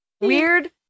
Weird